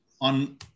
on